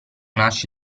nasce